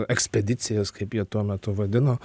ekspedicijas kaip jie tuo metu vadino